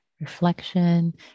Reflection